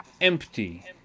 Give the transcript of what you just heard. empty